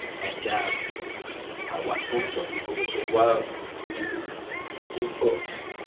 and at one point so people were saying, well we need to give books.